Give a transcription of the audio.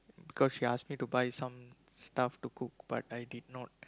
because she ask me to buy some stuff to cook but I did not